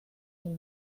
són